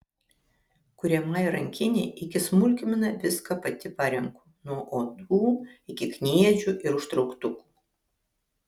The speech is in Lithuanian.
kuriamai rankinei iki smulkmenų viską pati parenku nuo odų iki kniedžių ir užtrauktukų